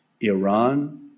Iran